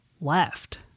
left